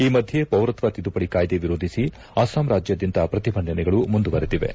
ಈ ಮಧ್ಯ ಪೌರತ್ತ ತಿದ್ಲುಪಡಿ ಕಾಯ್ಲೆ ವಿರೋಧಿಸಿ ಅಸ್ಸಾಂ ರಾಜ್ನಾದ್ಯಂತ ಪ್ರತಿಭಟನೆಗಳು ಮುಂದುವರೆದಿವೆ